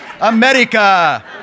America